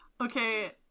Okay